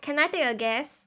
can I take a guess